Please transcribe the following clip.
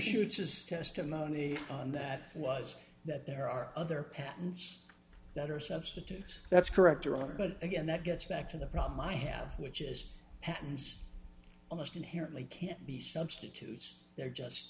shoots his testimony on that was that there are other patents that are substitutes that's correct your honor but again that gets back to the problem i have which is happens almost inherently can't be substitutes they're just